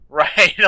right